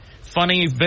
funny